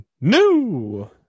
new